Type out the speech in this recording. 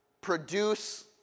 produce